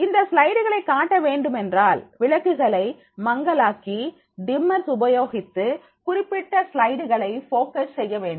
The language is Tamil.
இந்த ஸ்லைடுகளை காட்ட வேண்டுமென்றால் விளக்குகளை மங்கலாக்கி டிம்மர்ஸ் உபயோகித்து குறிப்பிட்ட ஸ்லைடு களை போக்கஸ் செய்ய வேண்டும்